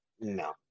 No